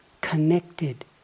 connected